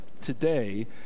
today